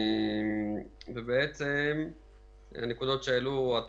בעצם הנקודות שהעלו,